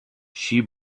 she